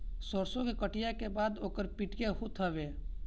सरसो के कटिया के बाद ओकर पिटिया होत हवे